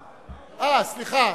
סליחה,